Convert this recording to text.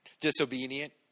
Disobedient